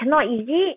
cannot is it